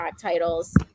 titles